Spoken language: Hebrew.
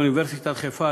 אוניברסיטת חיפה,